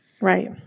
Right